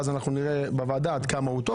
ואז אנחנו נראה בוועדה עד כמה הוא טוב.